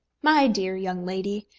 my dear young lady,